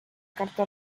carta